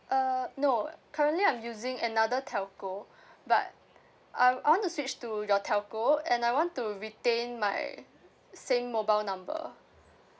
uh no currently I'm using another telco but I I want to switch to your telco and I want to retain my same mobile number